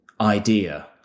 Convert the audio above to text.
idea